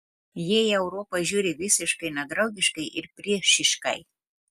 jie į europą žiūri visiškai nedraugiškai ir priešiškai